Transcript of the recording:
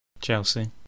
Chelsea